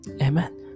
amen